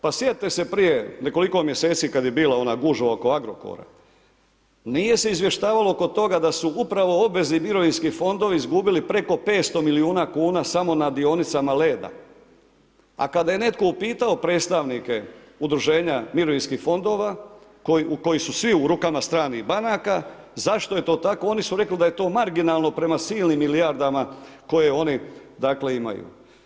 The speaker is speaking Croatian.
Pa sjetite se prije nekoliko mjeseci kada je bila ona gužva oko Agrokora, nije se izvještavalo oko toga sa su upravo obvezni mirovinski fondovi izgubili preko 500 milijuna kuna samo na dionicama LEDA, a kada je netko upitao predstavnike udruženja mirovinskih fondova koji su svi u rukama stranih banaka zašto je to tako, oni su rekli da je to marginalno prema silnim milijardama koje oni imaju.